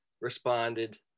responded